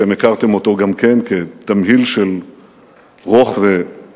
אתם הכרתם אותו גם כן כתמהיל של רוך ונחישות,